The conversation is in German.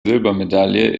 silbermedaille